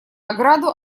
ограду